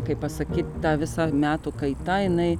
kaip pasakyt ta visa metų kaita jinai